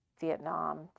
Vietnam